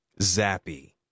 Zappy